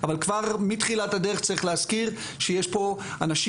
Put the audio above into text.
וכמו שאמרתי אני לא אכנס.